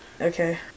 Okay